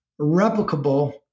replicable